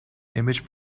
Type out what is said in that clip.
image